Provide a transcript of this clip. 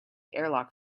airlock